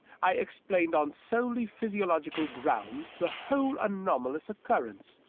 i explained on solely phys iological grounds the whole anomalous occurrence.